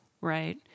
Right